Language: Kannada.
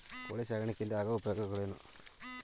ಕೋಳಿ ಸಾಕಾಣಿಕೆಯಿಂದ ಆಗುವ ಉಪಯೋಗಗಳೇನು?